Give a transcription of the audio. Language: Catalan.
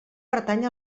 pertany